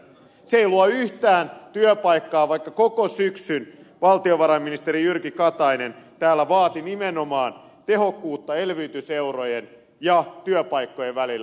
se ei luo yhtään työpaikkaa vaikka koko syksyn valtiovarainministeri jyrki katainen täällä vaati nimenomaan tehokkuutta elvytyseurojen ja työpaikkojen välillä